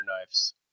knives